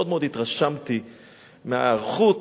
ומאוד התרשמתי מההיערכות